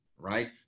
right